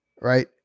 Right